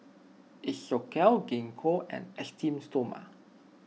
Isocal Gingko and Esteem Stoma